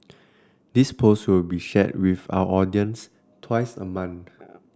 this post will be shared with our audience twice a month